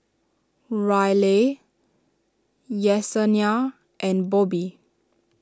Ryleigh Yessenia and Bobbi